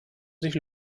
sich